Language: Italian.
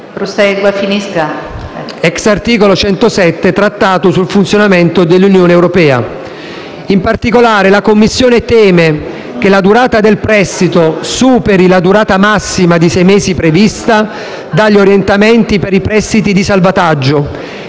articolo 107 del Trattato sul funzionamento dell'Unione europea). In particolare, la Commissione teme che la durata del prestito superi la durata massima di sei mesi prevista dagli orientamenti per i prestiti di salvataggio